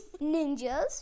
ninjas